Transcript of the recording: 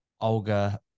Olga